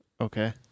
Okay